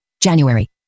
January